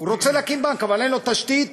הוא רוצה להקים בנק אבל אין לו תשתית,